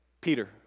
Peter